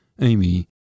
Amy